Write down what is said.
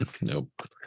Nope